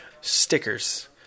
stickers